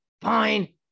Fine